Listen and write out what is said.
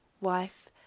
wife